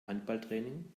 handballtraining